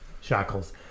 shackles